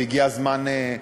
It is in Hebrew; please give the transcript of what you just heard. והגיע הזמן שאנחנו נקדם,